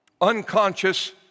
unconscious